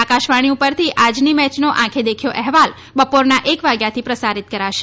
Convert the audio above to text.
આકાશવાણી પરથી આજની મેયનો આંખે દેખ્યો અહેવાલ બપોરના એક વાગ્યાથી પ્રસારીત કરાશે